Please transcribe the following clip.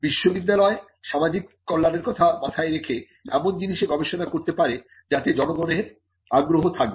বিশ্ববিদ্যালয় সামাজিক কল্যাণের কথা মাথায় রেখে এমন জিনিষে গবেষণা করতে পারে যাতে জনগণের আগ্রহ থাকবে